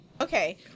Okay